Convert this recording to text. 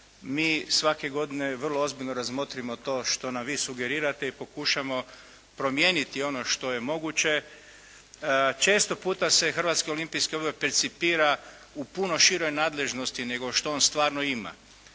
mi svake godine vrlo ozbiljno razmotrimo to što nam vi sugerirate i pokušamo promijeniti ono što je moguće. Često puta se Hrvatski olimpijski odbor percipira u puno široj nadležnosti nego što on stvarno ima.